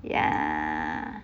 ya